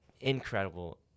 incredible